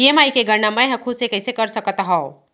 EMI के गड़ना मैं हा खुद से कइसे कर सकत हव?